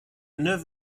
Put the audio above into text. neuf